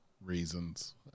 reasons